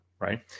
right